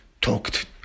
talked